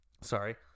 sorry